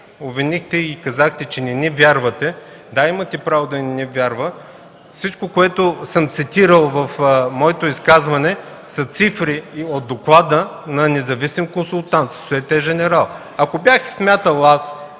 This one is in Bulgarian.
обвинихте и казахте, че не ни вярвате – да, имате право да не ни вярвате. Всичко, което съм цитирал в изказването си, са цифри от доклада на независим консултант – „Сосиете Женерал”. Ако бях смятал аз